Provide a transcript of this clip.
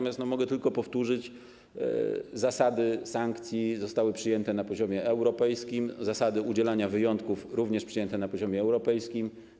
Mogę tylko powtórzyć: zasady sankcji zostały przyjęte na poziomie europejskim, zasady udzielania wyjątków również zostały przyjęte na poziomie europejskim.